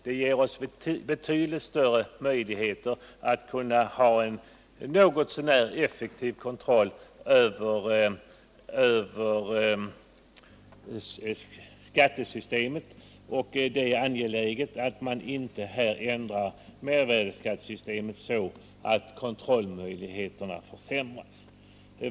Det ger oss betydligt större möjligheter att kunna ha en något så när effektiv kontroll över skattesystemet, och det är angeläget att inte ändra mervärdeskattesystemet så att kontrollmöjligheterna försämras.